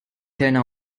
turned